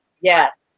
Yes